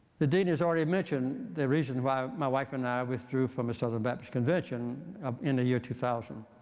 the dean has already mentioned the reason why my wife and i withdrew from the southern baptist convention um in the year two thousand,